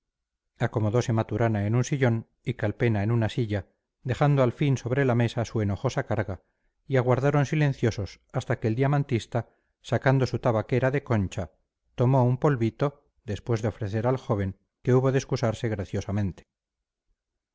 acomodose maturana en un sillón y calpena en una silla dejando al fin sobre la mesa su enojosa carga y aguardaron silenciosos hasta que el diamantista sacando su tabaquera de concha tomó un polvito después de ofrecer al joven que hubo de excusarse graciosamente